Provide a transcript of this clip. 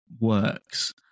works